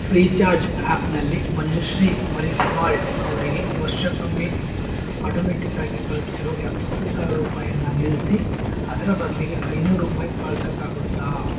free charge ಆ್ಯಪ್ನಲ್ಲಿ ಮಂಜುಶ್ರೀ ಮರಿವಾಳ್ ಅವರಿಗೆ ವರ್ಷಕ್ಕೊಮ್ಮೆ ಆಟೋಮೆಟಿಕ್ಕಾಗಿ ಕಳಿಸ್ತಿರೋ ಎಪ್ಪತ್ತು ಸಾವ್ರ ರೂಪಾಯಿಯನ್ನ ನಿಲ್ಲಿಸಿ ಅದರ ಬದಲಿಗೆ ಐನೂರು ರೂಪಾಯಿ ಕಳ್ಸೋಕ್ಕಾಗುತ್ತಾ